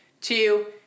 Two